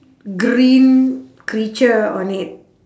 green creature on it